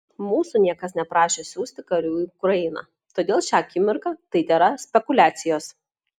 mūsų niekas neprašė siųsti karių į ukrainą todėl šią akimirką tai tėra spekuliacijos